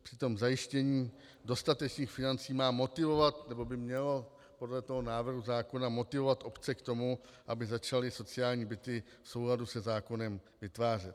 Přitom zajištění dostatečných financí má motivovat nebo by mělo podle návrhu zákona obce k tomu, aby začaly sociální byty v souladu se zákonem vytvářet.